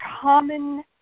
common